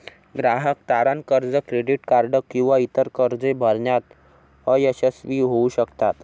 ग्राहक तारण कर्ज, क्रेडिट कार्ड किंवा इतर कर्जे भरण्यात अयशस्वी होऊ शकतात